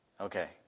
Okay